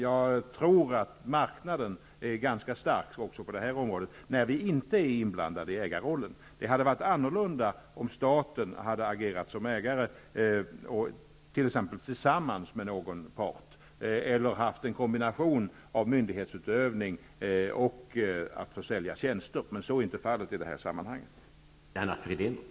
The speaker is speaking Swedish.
Jag tror att marknaden är ganska stark också på detta område när staten inte är inblandad i ägarrollen. Det hade varit annorlunda om staten hade agerat som ägare tillsammans med någon part eller om det hade rört sig om en kombination av myndighetsutövning och försäljning av tjänster, men så förhåller det sig inte i det här fallet.